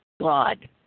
God